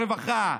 קושניר,